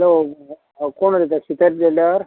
hello कोण उलयता Sheetal tailor